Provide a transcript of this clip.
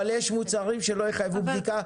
אבל יש מוצרים שלא יחייבו בדיקה.